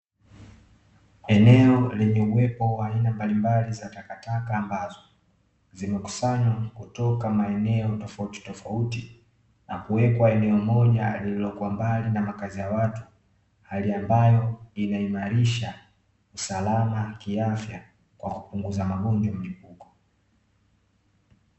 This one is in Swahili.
Eneo lenye uwepo wa aina mbalimbali za takataka, ambazo zimekusanywa kutoka maeneo tofautitofauti na kuwekwa eneo moja lililokua mbali na makazi ya watu, hali ambayo inaimarisha usalama wa kiafya kwa kupungza magonjwa mlipuko.